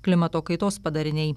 klimato kaitos padariniai